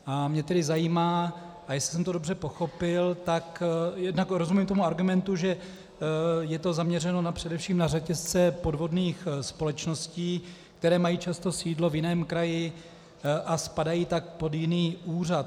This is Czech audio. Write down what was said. A mě tedy zajímá, a jestli jsem to dobře pochopil, tak jednak rozumím argumentu, že je to zaměřeno především na řetězce podvodných společností, které mají často sídlo v jiném kraji a spadají tak pod jiný úřad.